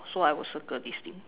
so I will circle this thing